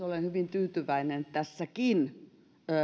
olen hyvin tyytyväinen tässäkin